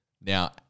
now